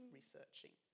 researching